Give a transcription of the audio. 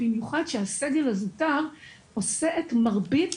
במיוחד שהסגל הזוטר עושה את מרבית